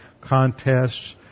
contests